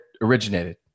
originated